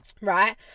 Right